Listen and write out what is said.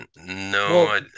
no